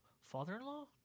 father-in-law